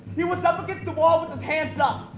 he was up against the wall with his hands up,